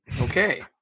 Okay